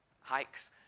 hikes